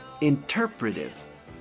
interpretive